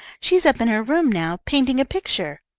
she's up in her room now, painting a picture.